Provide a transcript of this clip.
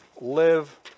live